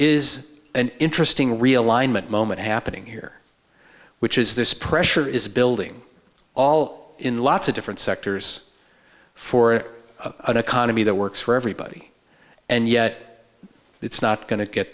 is an interesting realignment moment happening here which is this pressure is building all in lots of different sectors for an economy that works for everybody and yet it's not go